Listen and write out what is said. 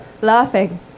laughing